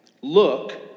look